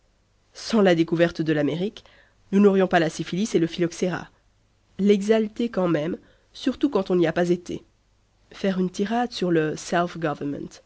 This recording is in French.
sans la découverte de l'amérique nous n'aurions pas la syphilis et le phylloxéra l'exalter quand même surtout quand on n'y a pas été faire une tirade sur le